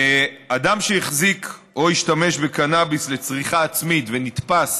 אדם שהחזיק או השתמש בקנאביס לצריכה עצמית ונתפס